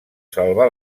salvà